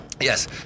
Yes